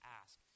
ask